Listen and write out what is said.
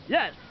Yes